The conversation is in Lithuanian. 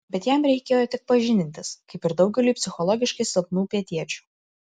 bet jam reikėjo tik pažindintis kaip ir daugeliui psichologiškai silpnų pietiečių